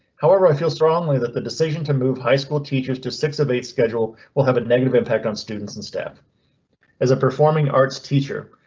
however, i feel strongly that the decision to move high school teachers to six of eight schedule will have a negative impact on students and staff as a performing arts teacher.